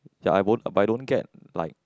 ya I won't I don't get like